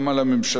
גם על הממשלה,